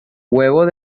huevos